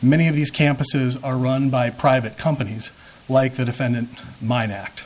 many of these campuses are run by private companies like the defendant mine act